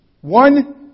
One